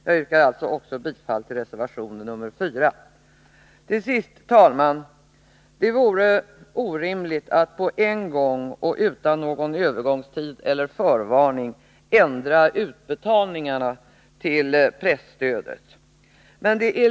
Jag yrkar alltså också bifall till reservation nr 4. Till sist, herr talman, vill jag säga att det vore orimligt att utan någon övergångstid eller förvarning ändra utbetalningarna av presstödet.